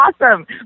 Awesome